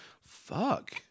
Fuck